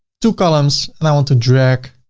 two columns and i want to drag